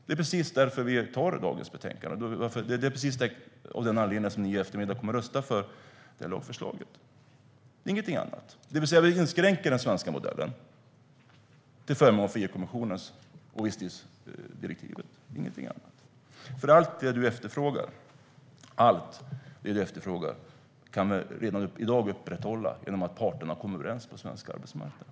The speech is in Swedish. Det är precis därför vi har dagens betänkande, och det är av den anledningen som ni i eftermiddag kommer att rösta för lagförslaget. Ingenting annat. Vi inskränker alltså den svenska modellen till förmån för EU-kommissionen och visstidsdirektivet. Allt det Helén Pettersson efterfrågar kan vi redan i dag upprätthålla genom att parterna kommer överens på den svenska arbetsmarknaden.